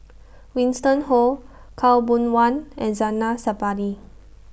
Winston Oh Khaw Boon Wan and Zainal Sapari